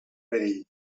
perill